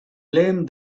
blame